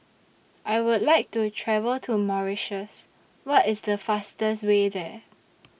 I Would like to travel to Mauritius What IS The fastest Way There